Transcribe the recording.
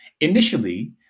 Initially